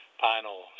final